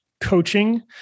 coaching